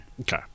Okay